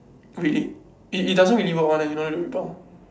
wait it it doesn't really work one eh you know the rebound